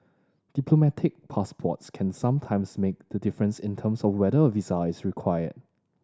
diplomatic passports can sometimes make the difference in terms of whether a visa is required